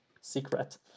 secret